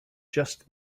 just